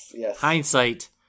hindsight